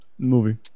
Movie